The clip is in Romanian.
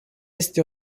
este